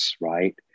right